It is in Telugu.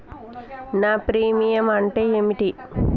నా ప్రీమియం అంటే ఏమిటి?